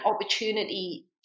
opportunity